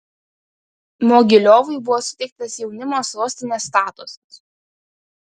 mogiliovui buvo suteiktas jaunimo sostinės statusas